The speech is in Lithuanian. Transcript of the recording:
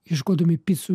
ieškodami picų